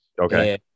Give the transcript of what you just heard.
Okay